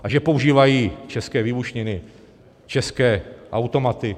A že používají české výbušniny, české automaty?